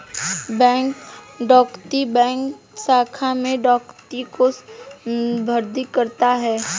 bank डकैती bank शाखा में डकैती को संदर्भित करता है